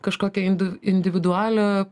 kažkokią indu individualią